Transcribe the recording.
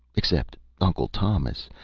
except uncle thomas,